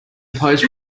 pose